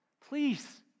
please